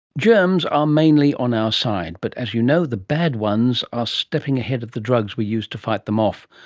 germs are mainly on our side but, as you know, the bad ones are stepping ahead of the drugs we use to fight them off,